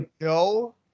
no